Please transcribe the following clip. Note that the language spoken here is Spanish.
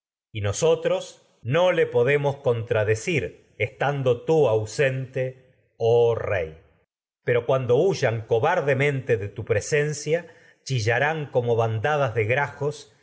y nosotros no les podemos contradeáyax cir estando tú ausente oh rey pero cuando huyan cobardemente de tu presencia chillarán como bandadas temen como a de grajos